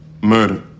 Murder